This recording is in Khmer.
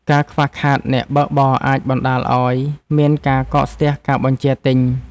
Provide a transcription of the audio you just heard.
ការខ្វះខាតអ្នកបើកបរអាចបណ្ដាលឱ្យមានការកកស្ទះការបញ្ជាទិញ។